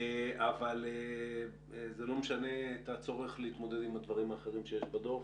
אבל זה לא משנה את הצורך להתמודד עם הדברים האחרים שיש בדוח.